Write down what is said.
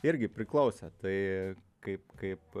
irgi priklausė tai kaip kaip